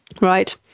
Right